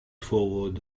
forward